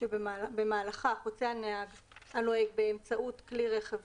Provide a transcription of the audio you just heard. במהלכה חוצה הנוהג באמצעות כלי הרכב